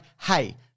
hey